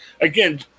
again